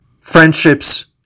friendships